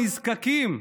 הנזקקים,